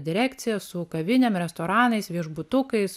direkcija su kavinėm restoranais viešbutukais